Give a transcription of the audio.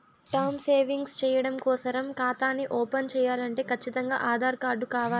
term savings చెయ్యడం కోసరం కాతాని ఓపన్ చేయాలంటే కచ్చితంగా ఆధార్ కార్డు కావాల్ల